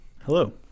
Hello